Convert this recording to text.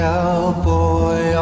Cowboy